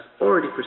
already